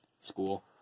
School